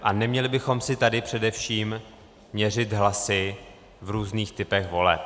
A neměli bychom si tady především měřit hlasy v různých typech voleb.